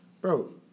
Bro